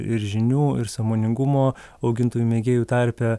ir žinių ir sąmoningumo augintojų mėgėjų tarpe